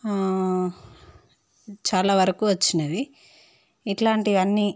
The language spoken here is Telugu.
చాలా వరకు వచ్చినవి ఇలాంటివన్నీ